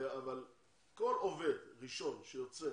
אבל כל עובד ראשון שיוצא